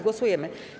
Głosujemy.